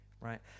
right